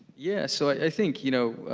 yeah, so i think you know